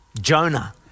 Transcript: Jonah